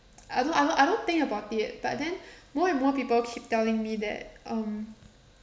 I don't I don't I don't think about it but then more and more people keep telling me that um